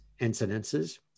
incidences